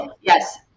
Yes